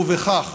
ובכך